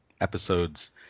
episodes